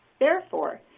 therefore,